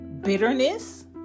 bitterness